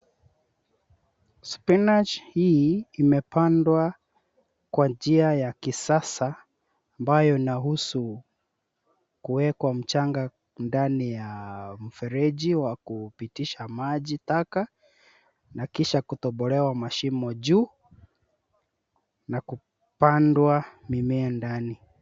Spinach hii, imepandwa kwa njia ya kisasa, ambayo inahusu kuwekwa mchanga ndani ya mfereji wa kupitisha maji taka, na kisha kutobolewa mashimo juu, na kupandwa mimea ndani.